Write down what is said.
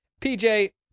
PJ